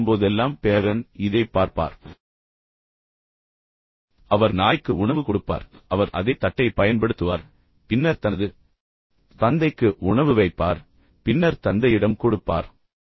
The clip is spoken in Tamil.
தந்தை வரும்போதெல்லாம் பேரன் இதைப் பார்ப்பார் அவர் நாய்க்கு உணவு கொடுப்பார் அவர் அதே தட்டைப் பயன்படுத்துவார் பின்னர் தனது தந்தைக்கு உணவு வைப்பார் பின்னர் தந்தையிடம் கொடுப்பார்